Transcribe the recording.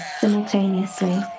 simultaneously